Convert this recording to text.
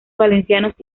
valencianos